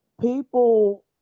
people